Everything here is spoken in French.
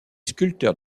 sculpteurs